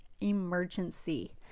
emergency